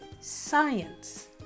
science